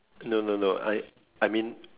no no no I I mean